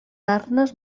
arnes